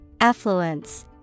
Affluence